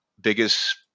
biggest